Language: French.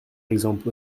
exemple